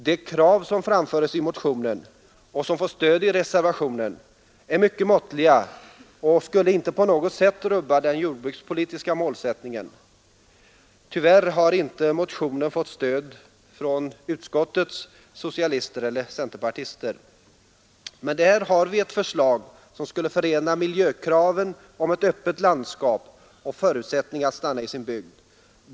De krav som framförs i motionen och som får stöd i reservationen är mycket måttliga och skulle inte på något sätt rubba den jordbrukspolitiska målsättningen. Tyvärr har motionen inte fått stöd från utskottets socialister eller centerpartister. Här har vi ett förslag som samtidigt skulle tillgodose miljökraven på ett öppet landskap och skapa förutsättningar för människor att stanna i sin bygd.